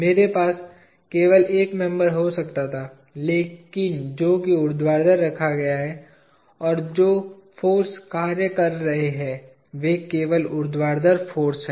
मेरे पास केवल एक मेंबर हो सकता है लेकिन जो कि ऊर्ध्वाधर रखा गया है और जो फाॅर्स कार्य कर रहे हैं वे केवल ऊर्ध्वाधर फाॅर्स हैं